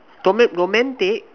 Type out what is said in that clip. romantic